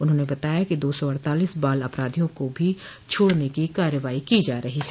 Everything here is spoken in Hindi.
उन्होंने बताया कि दो सौ अड़तालीस बाल अपराधियों को भी छोड़ने की कार्रवाई की जा रही है